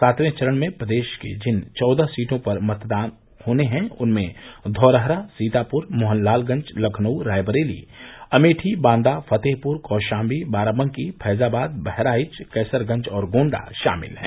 पांचवें चरण में प्रदेश की जिन चौदह सीटों पर मतदान होने हैं उनमें धौरहरा सीतापुर मोहनलालगंज लखनऊ रायबरेली अमेठी बांदा फतेहपुर कौशाम्वी बाराबंकी फैजाबाद बहराइच कैसरगंज और गोण्डा शामिल हैं